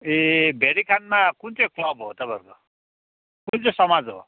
ए भेरिखानमा कुन चाहिँ क्लब हो तपाईँहरूको कुन चाहिँ समाज हो